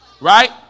Right